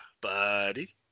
Buddy